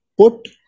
put